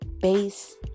base